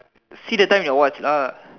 see the time in your watch